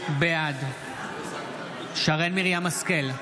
בעד שרן מרים השכל,